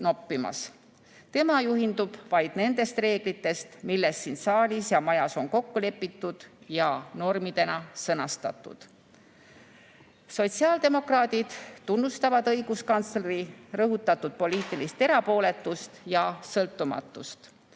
Tema juhindub vaid nendest reeglitest, milles siin saalis ja majas on kokku lepitud ja mis on normidena sõnastatud. Sotsiaaldemokraadid tunnustavad õiguskantseleri rõhutatud poliitilist erapooletust ja sõltumatust.